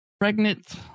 pregnant